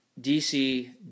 DC